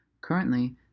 Currently